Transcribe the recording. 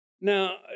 Now